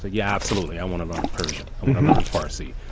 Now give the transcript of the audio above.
ah yeah absolutely. i want to learn persian and farsi.